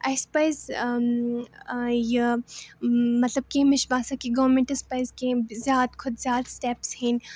اَسہِ پَزِ یہِ مطلب کیٚنٛہہ مےٚ چھِ باسان کہِ گورمٮ۪نٛٹَس پَزِ کیٚنٛہہ زیادٕ کھۄتہٕ زیادٕ سِٹیٚپٕس ہیٚنۍ